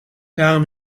daarom